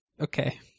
Okay